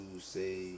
say